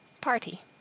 party